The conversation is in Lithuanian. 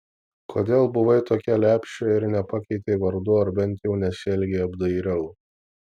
kodėl buvai tokia lepšė ir nepakeitei vardų ar bent jau nesielgei apdairiau